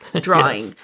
drawing